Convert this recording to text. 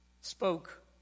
spoke